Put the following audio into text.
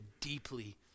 deeply